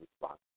response